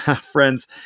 Friends